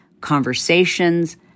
conversations